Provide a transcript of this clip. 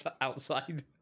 outside